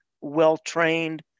well-trained